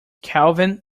kelvin